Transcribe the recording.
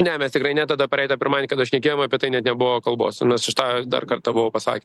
ne mes tikrai ne tada praeitą pirmadienį kada šnekėjom apie tai net nebuvo kalbos nes už tą dar kartą buvo pasakė